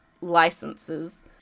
licenses